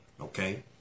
okay